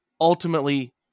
ultimately